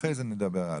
ואחר זה נדבר הלאה.